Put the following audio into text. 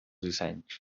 dissenys